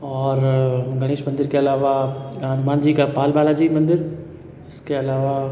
और गणेश मंदिर के अलावा हनुमान जी का पाल बालाजी मंदिर इसके अलावा